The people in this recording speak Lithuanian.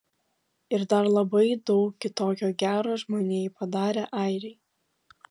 ir dar labai daug kitokio gero žmonijai padarę airiai